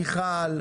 מיכל,